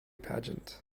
pageant